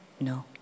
no